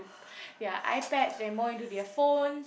their iPads they're more into their phones